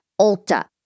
Ulta